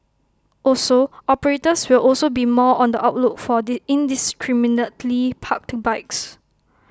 also operators will also be more on the outlook for the indiscriminately parked bikes